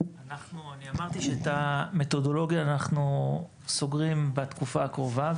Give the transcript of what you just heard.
אני אמרתי שאת המתודולוגיה סוגרים בתקופה הקרובה,